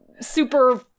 super